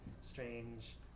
strange